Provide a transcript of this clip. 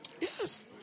Yes